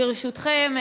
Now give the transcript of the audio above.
ברשותכם,